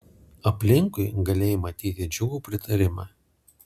aplinkui galėjai matyt džiugų pritarimą